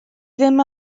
ddim